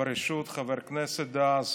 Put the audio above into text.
בראשות חבר הכנסת דאז